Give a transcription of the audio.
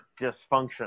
dysfunction